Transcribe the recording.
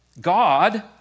God